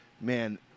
man